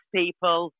people